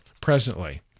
presently